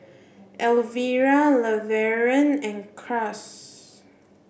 Alvira Levern and Cas